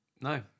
No